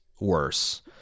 worse